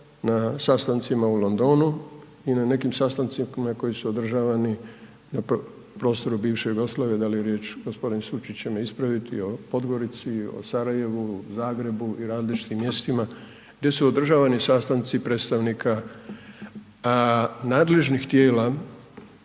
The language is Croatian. na sastancima u Londonu i na nekim sastancima koji su održavani na prostoru bivše Jugoslavije da li je riječ, gospodin Sučić će me ispraviti, o Podgorici i o Sarajevu, Zagrebu i različitim mjestima gdje su održavani sastanci predstavnika nadležnih tijela